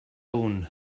own